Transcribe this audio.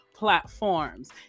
platforms